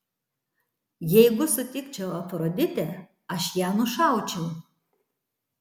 jeigu sutikčiau afroditę aš ją nušaučiau